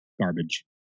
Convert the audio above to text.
garbage